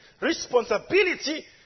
responsibility